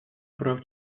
прав